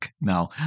Now